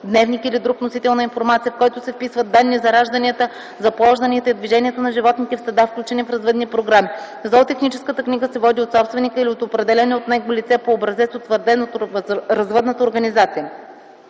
дневник или друг носител на информация, в който се вписват данни за ражданията, запложданията и движението на животните в стада, включени в развъдни програми. Зоотехническата книга се води от собственика или от определено от него лице по образец, утвърден от развъдната организация.”